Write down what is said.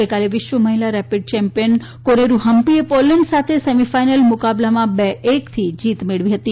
ગઇકાલે વિશ્વ મહિલા રેપીડ ચેમ્પીયન કોનેરૂ હમ્પીએ પોલેન્ડ સાથે સેમીફાઇનલ મુકાબલમાં બે એક થી જીત મેળવી હતી